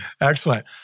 excellent